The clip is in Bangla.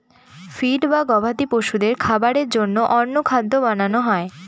ফিড বা গবাদি পশুদের খাবারের জন্য অন্য খাদ্য বানানো হয়